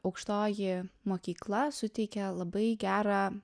aukštoji mokykla suteikė labai gerą